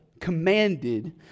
commanded